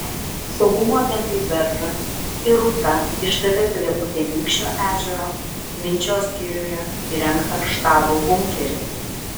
saugumo agentai beržas ir rūta išdavė prie utenykščio ežero minčios girioje įrengtą štabo bunkerį